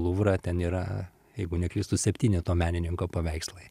luvrą ten yra jeigu neklystu septyneto menininko paveikslai